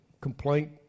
complaint